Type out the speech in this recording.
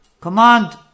command